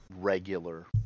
regular